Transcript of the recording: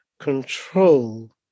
Control